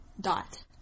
Dot